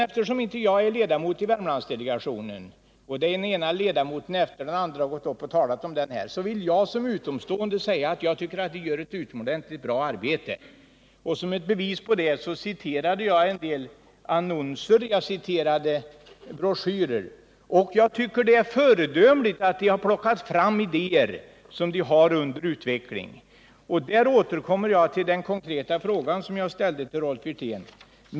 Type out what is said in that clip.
Eftersom inte jag är ledamot av Värmlandsdelegationen och den ena ledamoten av delegationen efter den andra talat här vill jag som utomstående säga att ni gör ett utomordentligt gott arbete. Som ett bevis på det citerade jag tidigare en del annonser och broschyrer. Jag tycker att det är föredömligt att Värmlandsdelegationen har plockat fram idéer som nu är under utveckling.